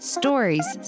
stories